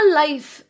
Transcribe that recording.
life